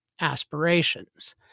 aspirations